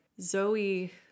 Zoe